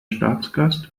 staatsgast